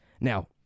Now